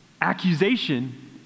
accusation